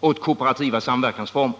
åt kooperativa samverkansformer.